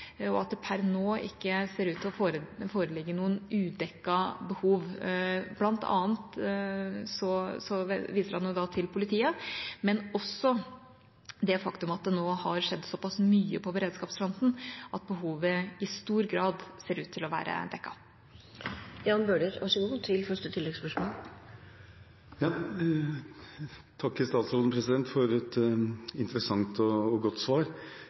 og det ser per nå ikke ut til å foreligge noen udekkede behov. Blant annet viser han da til politiet, men også til det faktum at det nå har skjedd såpass mye på beredskapsfronten at behovet i stor grad ser ut til å være dekket. Jeg takker statsråden for et interessant og godt svar. Vi som representanter i Stortinget hadde den gangen samme utgangspunkt for